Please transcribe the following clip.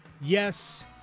Yes